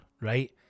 right